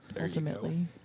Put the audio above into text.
ultimately